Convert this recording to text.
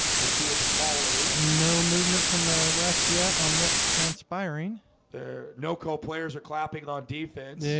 we'll see what the call is no movement from the refs yet on what's transpiring the naoko players are clapping log defense.